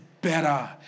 better